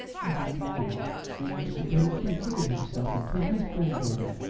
i hope you can make mr. bennett behave himself and put his brand on it,